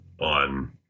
on